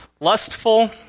lustful